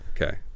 Okay